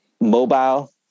mobile